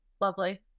Lovely